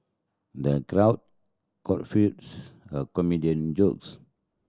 the crowd guffaws a comedian jokes